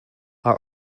are